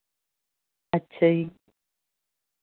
ਅੱਛਾ ਜੀ